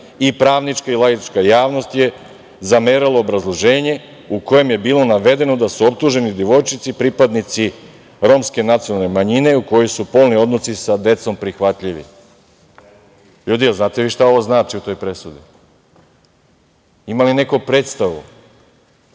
i pravnička i laička javnost je zamerala obrazloženje u kojem je bilo navedeno da su optuženi devojčici, pripadnici romske nacionalne manjine, u kojoj su polni odnosi sa decom prihvatljivi. Ljudi, da li vi znate šta ovo znači u toj presudi? Ima li neko predstavu?